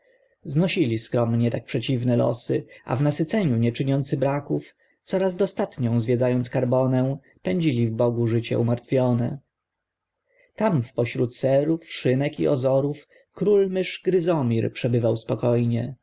nieboraków znosili skromnie tak przeciwne losy a w nasyceniu nie czyniący braków coraz dostatnią zwiedzając karbonę pędzili w bogu życie umartwione tam wpośród serów szynek i ozorów król mysz gryzomir przebywał spokojnie